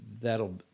that'll